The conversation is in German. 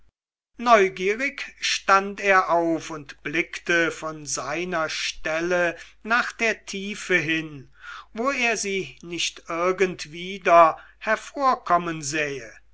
neugierig stand er auf und blickte von seiner stelle nach der tiefe hin ob er sie nicht irgend wieder hervorkommen sähe